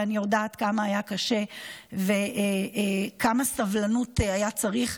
ואני יודעת כמה היה קשה וכמה סבלנות היה צריך.